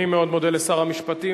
אני מאוד מודה לשר המשפטים.